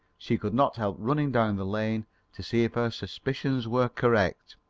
she could not help running down the lane to see if her suspicions were correct.